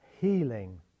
healing